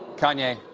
kanye,